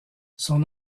son